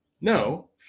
no